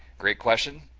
great question.